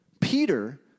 Peter